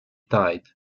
tied